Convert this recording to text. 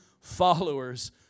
followers